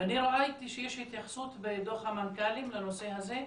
ואני ראיתי שיש התייחסות בדוח המנכ"לים לנושא הזה.